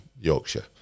Yorkshire